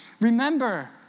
remember